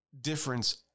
difference